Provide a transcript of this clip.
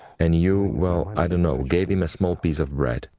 and you, well, i don't know, gave him a small piece of bread.